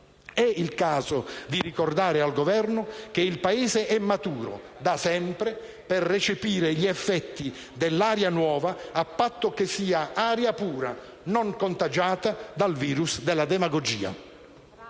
È il caso di ricordare al Governo che il Paese è maturo, da sempre, per recepire gli effetti dell'aria nuova, a patto che sia aria pura, non contagiata dal virus della demagogia.